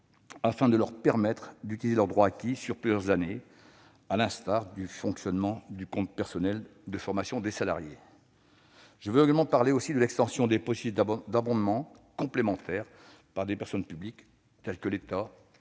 afin de leur permettre d'utiliser leurs droits acquis sur plusieurs années, à l'instar du fonctionnement du compte personnel de formation des salariés. Je veux parler également de l'extension des possibilités d'abondements complémentaires par des personnes publiques telles que l'État,